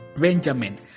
Benjamin